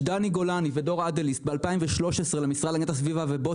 דני גולני ודור אדליסט ב-2013 למשרד להגנת הסביבה ובו